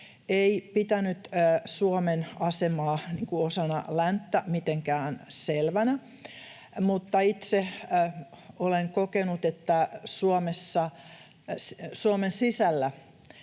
ei pitänyt Suomen asemaa osana länttä mitenkään selvänä, mutta itse olen kokenut, että Suomessa,